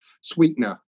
sweetener